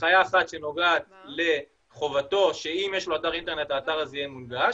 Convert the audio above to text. הנחיה אחת שנוגעת לחובתו שאם יש לו אתר אינטרנט האתר הזה יהיה מונגש,